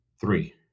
Three